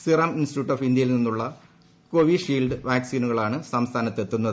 serum institute of ഇന്ത്യയിൽ നിന്നുള്ള Covishield വാക്സിനുകളാണ് സംസ്ഥാനത്ത് എത്തുന്നത്